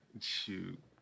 shoot